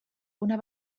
una